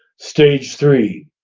stage three,